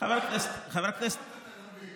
חבר הכנסת, למה?